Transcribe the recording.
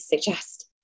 suggest